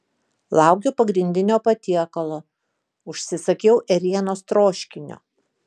laukiu pagrindinio patiekalo užsisakiau ėrienos troškinio